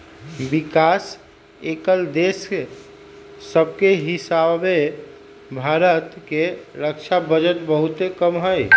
विकास कएल देश सभके हीसाबे भारत के रक्षा बजट बहुते कम हइ